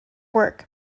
work